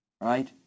right